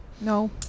No